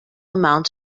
amount